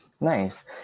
Nice